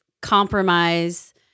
compromise